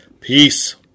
Peace